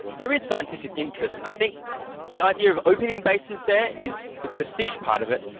there is scientific interest. i think the idea of opening bases there is the prestige part of it.